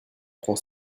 prend